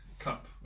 Cup